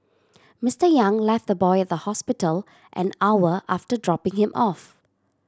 Mister Yang left the boy at the hospital an hour after dropping him off